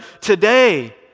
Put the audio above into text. today